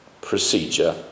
procedure